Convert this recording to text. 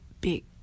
big